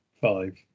five